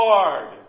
Lord